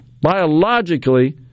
biologically